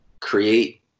create